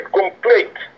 complete